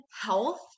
health